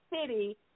City